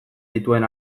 dituen